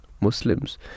Muslims